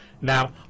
now